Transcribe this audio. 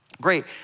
Great